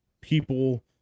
people